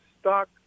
stock